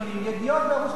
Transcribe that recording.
"ידיעות" וערוץ-2 יסתדרו.